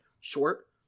short